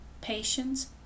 patience